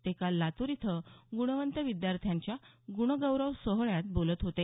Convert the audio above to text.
ते काल लातूर इथं गुणवंत विद्यार्थ्यांच्या गुणगौरव सोहळ्यात बोलत होते